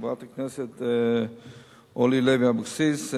חברת הכנסת אורלי לוי אבקסיס,